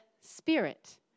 spirit